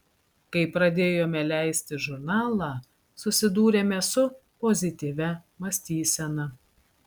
kai pradėjome leisti žurnalą susidūrėme su pozityvia mąstysena